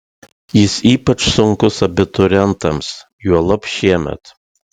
jis ypač sunkus abiturientams juolab šiemet